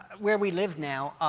where we live now,